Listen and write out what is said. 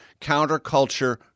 counterculture